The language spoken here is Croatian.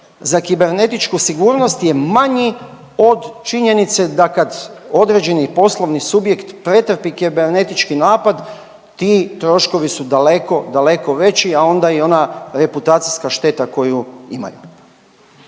za kibernetičku sigurnost je manji od činjenice da kad određeni poslovni subjekt pretrpi kibernatički napad ti troškovi su daleko, daleko veći, a onda i ona reputacijska šteta koju imaju.